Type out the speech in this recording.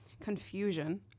confusion